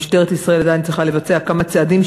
משטרת ישראל עדיין צריכה לבצע כמה צעדים,